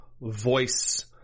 voice